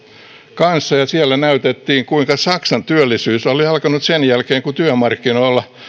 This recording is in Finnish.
kanssa ja siellä näytettiin kuinka saksan työllisyys oli alkanut parantumaan sen jälkeen kun työmarkkinoilla